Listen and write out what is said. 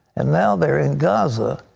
and now they're in gaza.